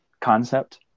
concept